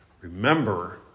remember